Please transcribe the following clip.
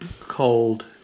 Cold